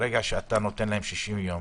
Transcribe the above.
ברגע שאתה נותן להם 60 יום,